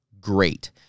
great